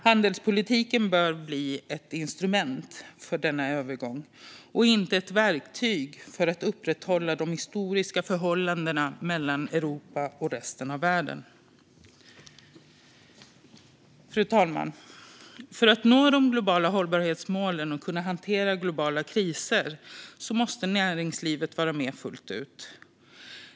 Handelspolitiken bör bli ett instrument för denna övergång och inte ett verktyg för att upprätthålla de historiska förhållandena mellan Europa och resten av världen. Fru talman! För att nå de globala hållbarhetsmålen och kunna hantera globala kriser måste näringslivet vara med fullt ut.